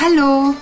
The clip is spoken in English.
Hallo